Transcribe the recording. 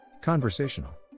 Conversational